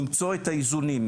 למצוא את האיזונים.